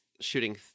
shooting